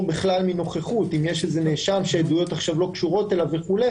בכלל מנוכחות אם יש נאשם שהעדויות לא קשורות אליו וכו',